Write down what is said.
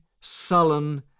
sullen